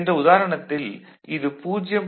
சென்ற உதாரணத்தில் இது 0